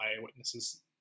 eyewitnesses